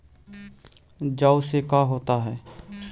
जौ से का होता है?